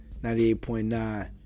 98.9